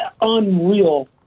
unreal